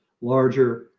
larger